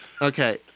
Okay